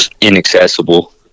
inaccessible